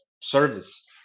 service